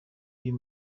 uyu